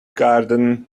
garden